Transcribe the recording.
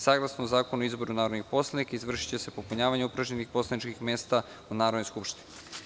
Saglasno Zakonu o izboru narodnih poslanika, izvršiće se popunjavanje upražnjenih poslaničkih mesta u Narodnoj skupštini.